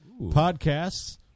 Podcasts